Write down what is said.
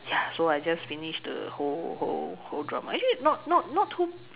ya so I just finish the whole whole whole drama actually not not not too